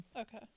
Okay